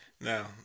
Now